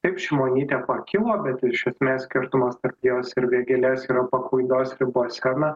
taip šimonytė pakilo bet iš esmės skirtumas tarp jos ir vėgėlės yra paklaidos ribose na